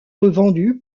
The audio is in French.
revendu